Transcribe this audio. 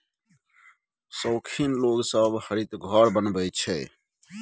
शौखीन लोग सब हरित घर बनबैत छै